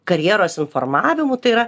karjeros informavimu tai yra